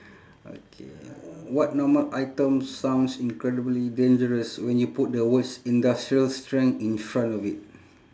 okay what normal item sounds incredibly dangerous when you put the words industrial strength in front of it